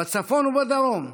בצפון ובדרום,